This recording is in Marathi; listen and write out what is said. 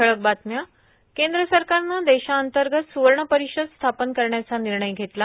ठळक बातम्या केंद्र सरकारन देशाअंतर्गत सुवर्ण परिषद स्थापन करण्याचा निर्णय घेतला